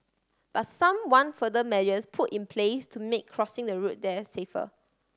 but some want further measures put in place to make crossing the road there safer